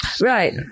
Right